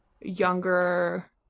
younger